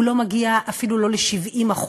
הוא לא מגיע אפילו ל-70%.